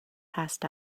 passed